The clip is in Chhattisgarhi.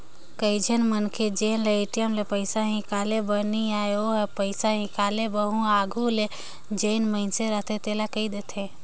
कइझन मनखे जेन ल ए.टी.एम ले पइसा हिंकाले बर नी आय ओ ह पइसा हिंकाले बर उहां आघु ले जउन मइनसे रहथे तेला कहि देथे